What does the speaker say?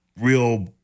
real